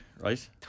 right